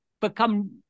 become